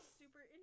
super